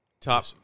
Top